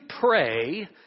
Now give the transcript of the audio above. pray